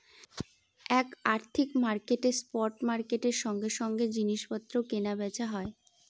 এক আর্থিক মার্কেটে স্পট মার্কেটের সঙ্গে সঙ্গে জিনিস পত্র কেনা বেচা হয়